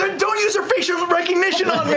um don't use your facial recognition on